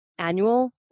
annual